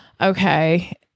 okay